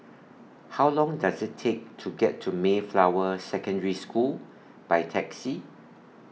How Long Does IT Take to get to Mayflower Secondary School By Taxi